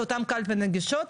לאותם קלפיות נגישות,